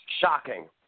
Shocking